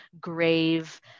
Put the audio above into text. grave